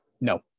No